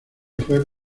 fue